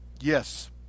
Yes